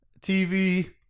TV